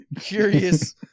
curious